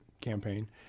campaign